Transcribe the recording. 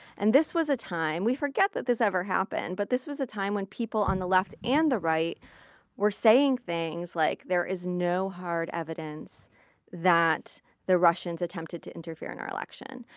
and this was a time we forget that this ever happened but this was a time when people on the left and the right were saying things like, there is no hard evidence that the russians attempted to interfere in our election.